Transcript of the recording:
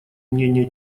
мнение